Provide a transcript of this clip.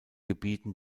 gebieten